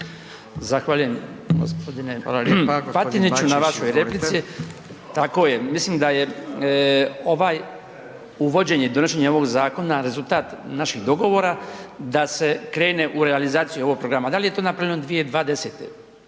iz klupe se ne čuje/… Tako je. Mislim da je ovaj, uvođenje i donošenje ovog zakona rezultat naših dogovora da se krene u realizaciju ovog programa. Dal je to napravljeno 2020.?